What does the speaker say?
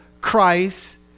Christ